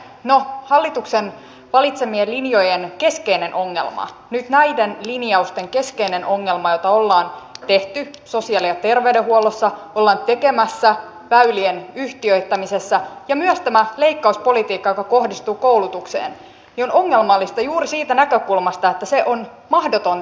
no nyt hallituksen valitsemien linjojen keskeinen ongelma nyt näiden linjausten keskeinen ongelma on joita ollaan tehty sosiaali ja terveydenhuollossa ollaan tekemässä väylien yhtiöittämisessä ja myös tämä leikkauspolitiikka joka kohdistuu koulutukseen on ongelmallista juuri siitä näkökulmasta että ne on mahdotonta peruuttaa